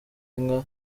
inka